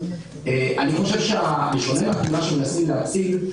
אני חושב שבשונה מהתמונה שאתם מנסים להציג,